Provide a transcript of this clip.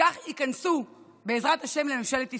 וכך ייכנסו, בעזרת ה', לממשלת ישראל.